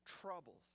troubles